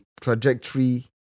trajectory